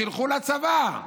שילכו לצבא.